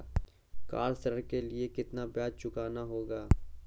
Car ऋण के लिए कितना ब्याज चुकाना होगा?